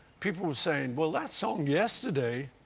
people were saying, well that song yesterday,